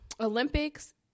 Olympics